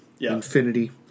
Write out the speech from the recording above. Infinity